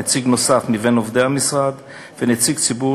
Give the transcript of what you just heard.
נציג נוסף מבין עובדי המשרד ונציג ציבור